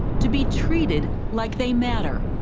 to be treated like they matter.